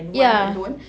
yeah